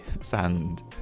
sand